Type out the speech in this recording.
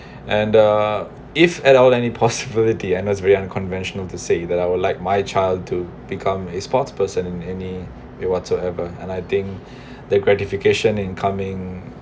and uh if at all any possibility and it's very unconventional to say that I would like my child to become a sports person in any way whatsoever and I think the gratification in coming